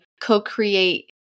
co-create